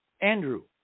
Andrew